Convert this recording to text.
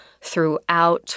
throughout